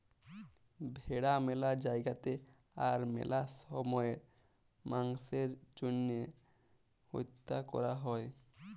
ভেড়া ম্যালা জায়গাতে আর ম্যালা সময়ে মাংসের জ্যনহে হত্যা ক্যরা হ্যয়